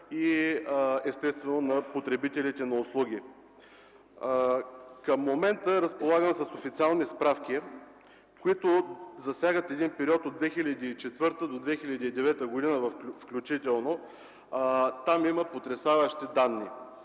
и естествено – на потребителите на услуги. Към момента разполагам с официални справки, които засягат един период от 2004-2009 г. включително. Там има потресаващи данни